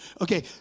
Okay